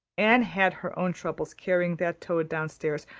anne had her own troubles carrying that toad downstairs,